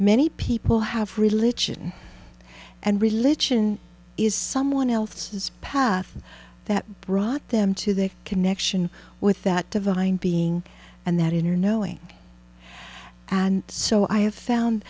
many people have religion and religion is someone else's path that brought them to their connection with that divine being and that inner knowing and so i have found